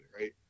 right